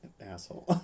asshole